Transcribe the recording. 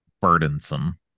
burdensome